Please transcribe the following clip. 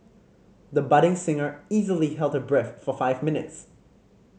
the budding singer easily held her breath for five minutes